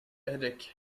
headache